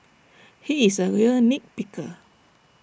he is A real nit picker